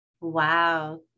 Wow